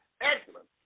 Excellent